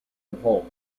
revolt